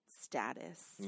status